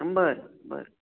बरं बरं